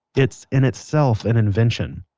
it's in itself an invention.